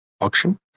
auction